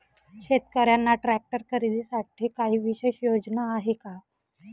शेतकऱ्यांना ट्रॅक्टर खरीदीसाठी काही विशेष योजना आहे का?